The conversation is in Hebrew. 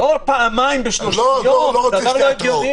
לא פעמיים ב-30 יום, זה דבר לא הגיוני.